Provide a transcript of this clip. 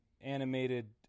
animated